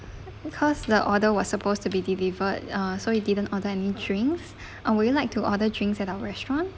because the order was supposed to be delivered uh so you didn't order any drinks uh would you like to order drinks at our restaurant